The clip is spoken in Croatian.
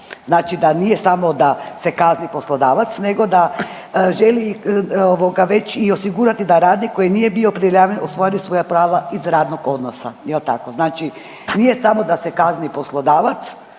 Znači, da nije samo da se kazni poslodavac nego da želi već i osigurati da radnik koji nije prijavljen ostvari svoja prava iz radnog odnosa. Je li tako? Znači nije samo da se kazni poslodavac,